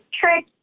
trick